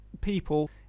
people